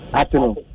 afternoon